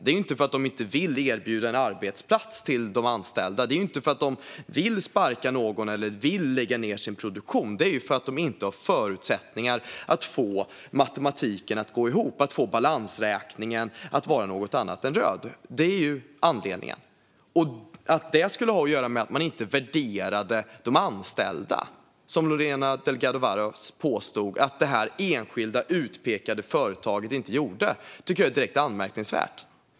Det är inte för att de inte vill erbjuda en arbetsplats till de anställda. Det är inte för att de vill sparka någon eller vill lägga ned sin produktion. Det är för att de inte har förutsättningar att få matematiken att gå ihop och att få balansräkningen att vara något annat än röd. Det är anledningen. Skulle det ha att göra med att man inte värderar de anställda, som Lorena Delgado Varas påstod? Hon menade att detta enskilda utpekade företag inte gjorde det. Det tycker jag är direkt anmärkningsvärt.